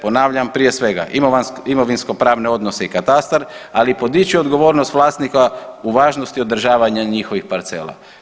Ponavljam, prije svega imovinsko pravne odnose i katastar, ali i podići odgovornost vlasnika u važnosti održavanja njihovih parcela.